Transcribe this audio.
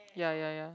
ya ya ya